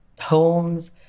homes